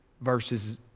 verses